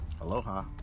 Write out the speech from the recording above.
Aloha